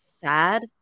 sad